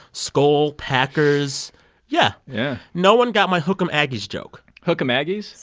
skol, packers yeah yeah no one got my hook em, aggies joke hook em, aggies?